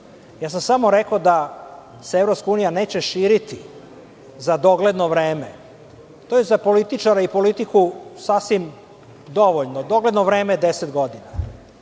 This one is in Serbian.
Samo sam rekao da se EU neće širiti za dogledno vreme. To je za političare i politiku sasvim dovoljno. Dogledno vreme je 10 godina.